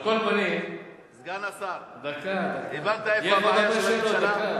כל פנים, סגן השר, הבנת איפה הבעיה של הממשלה?